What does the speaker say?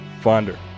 Fonder